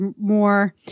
more